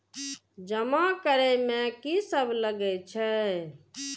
जमा करे में की सब लगे छै?